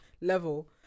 level